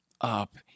up